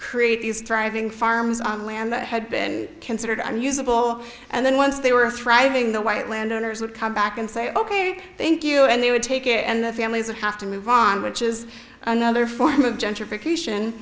create these thriving farms on land that had been considered and usable and then once they were thriving the white landowners would come back and say ok thank you and they would take it and the families of have to move on which is another form of gentrification